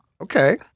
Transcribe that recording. Okay